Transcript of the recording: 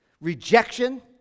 rejection